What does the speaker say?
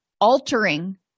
altering